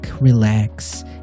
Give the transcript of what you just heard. relax